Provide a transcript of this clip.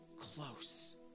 close